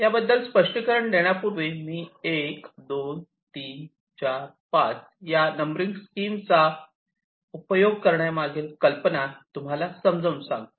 या बद्दल स्पष्टीकरण देण्यापूर्वी मी 1 2 3 4 5 या नंबरिंग स्कीमचा उपयोग करण्यामागील कल्पना तुम्हाला समजावून सांगतो